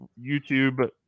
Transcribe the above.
YouTube